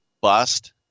bust